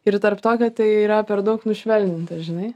ir tarp tokio tai yra per daug nušvelninta žinai